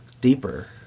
deeper